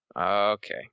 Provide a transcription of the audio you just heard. Okay